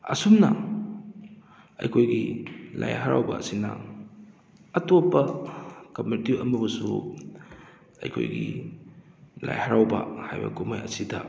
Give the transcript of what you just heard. ꯑꯁꯨꯝꯅ ꯑꯩꯈꯣꯏꯒꯤ ꯂꯥꯏ ꯍꯥꯔꯥꯎꯕ ꯑꯁꯤꯅ ꯑꯇꯣꯞꯄ ꯀꯝꯃꯤꯇꯤ ꯑꯃꯕꯨꯁꯨ ꯑꯩꯈꯣꯏꯒꯤ ꯂꯥꯏ ꯍꯥꯔꯥꯎꯕ ꯍꯥꯏꯕ ꯀꯨꯝꯍꯩ ꯑꯁꯤꯗ